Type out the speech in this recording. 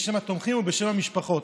בשם התומכים ובשם המשפחות.